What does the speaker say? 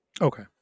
Okay